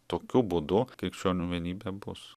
tokiu būdu krikščionių vienybė bus